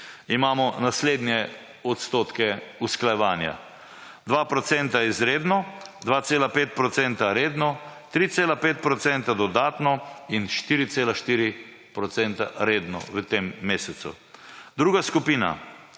imamo naslednje odstotke usklajevanja. 2 % izredno, 2,5 % redno, 3,5 % dodatno in 4,4 % redno v tem mesecu. Druga skupina